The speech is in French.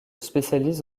spécialise